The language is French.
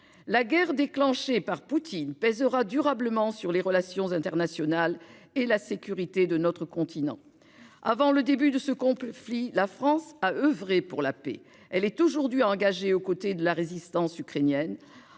La guerre déclenchée par Poutine pèsera durablement sur les relations internationales et la sécurité de notre continent. Avant le début de ce conflit, la France a oeuvré pour la paix. Elle est aujourd'hui engagée aux côtés de la résistance ukrainienne.